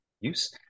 use